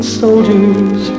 soldiers